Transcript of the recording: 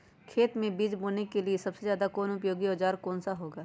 खेत मै बीज बोने के लिए सबसे ज्यादा उपयोगी औजार कौन सा होगा?